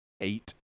Eight